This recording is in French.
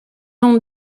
ont